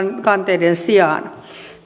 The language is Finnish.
kanteiden sijaan